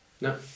No